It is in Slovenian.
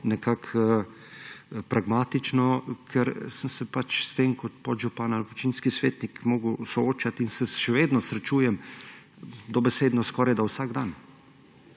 nekako pragmatično, ker sem se pač s tem kot podžupan ali občinski svetnik moral soočati in se še vedno srečujem dobesedno skoraj vsak dan.